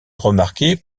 remarquer